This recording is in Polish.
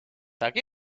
tak